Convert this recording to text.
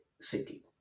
city